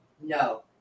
no